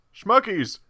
Schmuckies